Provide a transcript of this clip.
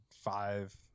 five